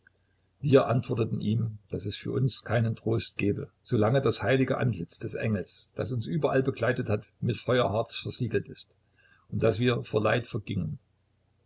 wir antworteten ihm daß es für uns keinen trost gäbe solange das uns heilige antlitz des engels das uns überall begleitet hatte mit feuerharz versiegelt sei und daß wir vor leid vergingen